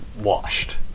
washed